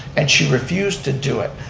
and she refused to do it.